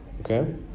Okay